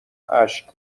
اشک